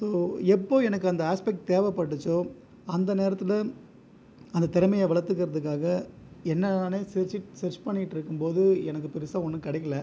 so எப்போது எனக்கு அந்த ஹாஸ்பேட் தேவைப்பட்டுச்சோ அந்த நேரத்தில் அந்த திறமையை வளர்த்துக்கறதுக்காக என்னை நானே சர்ச் சர்ச் பண்ணிக்கிட்டு இருக்கும் போது எனக்கு பெருசாக ஒன்றும் கிடைக்கலை